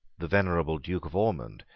the venerable duke of ormond,